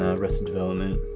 ah arrested development.